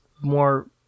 more